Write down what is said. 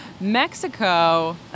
Mexico